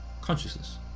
consciousness